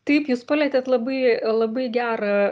taip jūs palietėt labai labai gerą